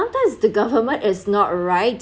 sometimes the government is not right